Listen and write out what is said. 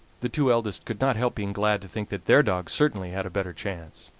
the two eldest could not help being glad to think that their dogs certainly had a better chance.